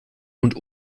und